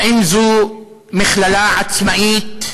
האם זאת מכללה עצמאית?